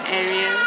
area